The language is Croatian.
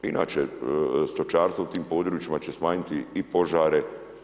Inače stočarstvo u tim područjima će smanjiti i požare.